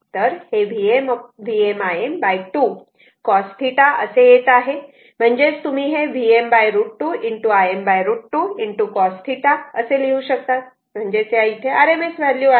तर हे Vm Im 2 cos θ असे येत म्हणजेच तुम्ही हे Vm √ 2 Im √ 2 cos θ असे लिहू शकतात म्हणजेच या इथे RMS व्हॅल्यू आहेत